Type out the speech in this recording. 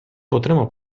potremmo